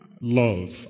love